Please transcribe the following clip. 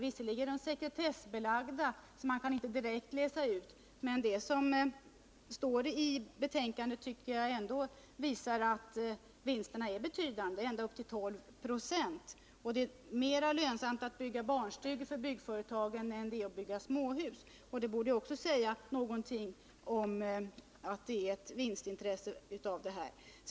Visserligen är vinstsiffrorna sekretessbelagda, men jag tycker ändå att de uppgifter som lämnas i betänkandet visar att vinsterna är betydande — uppåt 12 96 — och att det för byggföretagen är mera lönsamt att bygga barnstugor än att bygga småhus. Också det borde säga något om de vinstintressen som finns på detta område.